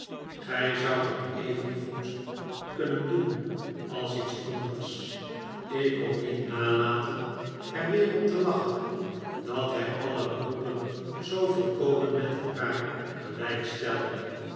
gij zoudt dat evengoed kunnen doen als iets anders ik kon niet nalaten er weer om te lachen dat hij alle beroepen zoo volkomen met elkaar gelijk stelde